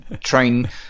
train